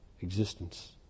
existence